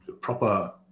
proper